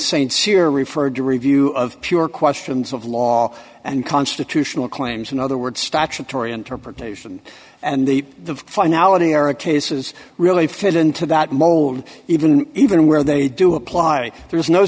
cyr referred to review of pure questions of law and constitutional claims in other words statutory interpretation and the finality era cases really fit into that mold even even where they do apply there's no